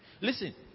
Listen